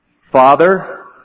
Father